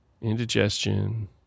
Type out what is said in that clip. indigestion